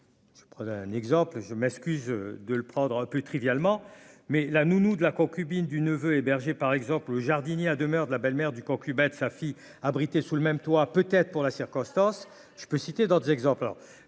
Je prends un exemple mais se cuise de le prendre plus trivialement mais la nounou de la concubine du neveu hébergé par exemple, le jardinier à demeure de la belle-mère du concubin de sa fille abrités sous le même toit, peut-être pour la circonstance, je peux citer d'autres exemples